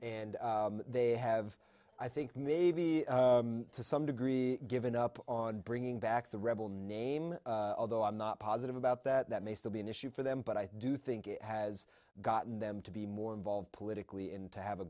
and they have i think maybe to some degree given up on bringing back the rebel name although i'm not positive about that that may still be an issue for them but i do think it has gotten them to be more involved politically and to have a